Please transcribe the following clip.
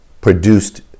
produced